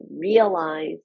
realize